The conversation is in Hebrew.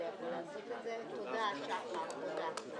בשעה 10:55.